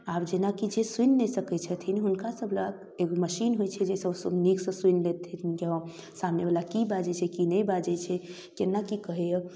आब जेनाकि छै सुनि नहि सकै छथिन हुनकासभलए एगो मशीन होइ छै जाहिसँ ओ नीकसँ सुनि लेथिन जे सामनेवला कि बाजै छै कि नहि बाजै छै कोना कि कहैए